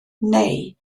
neu